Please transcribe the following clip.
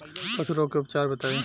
पशु रोग के उपचार बताई?